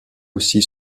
aussi